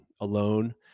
Alone